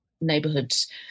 neighborhoods